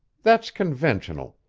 that's conventional.